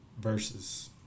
Versus